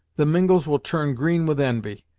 the mingos will turn green with envy,